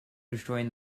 destroying